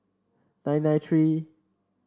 nine nine three